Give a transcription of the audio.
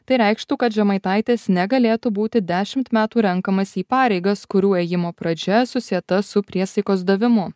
tai reikštų kad žemaitaitis negalėtų būti dešimt metų renkamas į pareigas kurių ėjimo pradžia susieta su priesaikos davimu